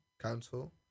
council